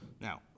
Now